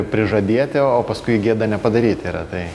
prižadėti o paskui gėda nepadaryti yra tai